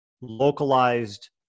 localized